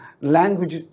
language